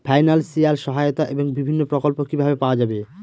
Financial সহায়তা এবং বিভিন্ন প্রকল্প কিভাবে পাওয়া যাবে?